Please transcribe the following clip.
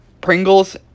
Pringles